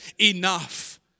enough